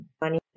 money